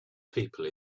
people